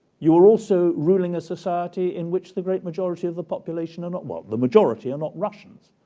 you are also ruling a society in which the great majority of the population are not what the majority are not russians,